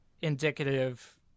indicative